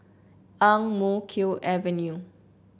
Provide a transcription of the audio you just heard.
Ang Mo Kio Avenue